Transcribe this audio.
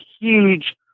huge